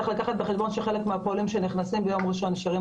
צריך לקחת בחשבון שחלק מהפועלים שנכנסים ביום ראשון נשארים